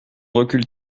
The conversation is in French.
recul